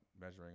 measuring